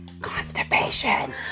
Constipation